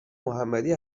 محمدی